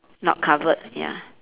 not covered ya